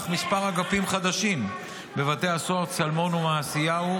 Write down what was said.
כמה אגפים חדשים בבתי הסוהר צלמון ומעשיהו,